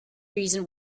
reason